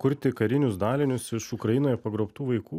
kurti karinius dalinius iš ukrainoje pagrobtų vaikų